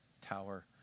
Tower